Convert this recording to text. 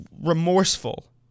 remorseful